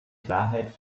klarheit